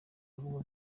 avuga